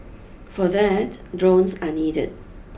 for that drones are needed